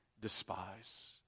despise